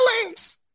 feelings